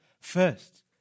first